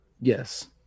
Yes